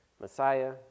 Messiah